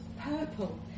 purple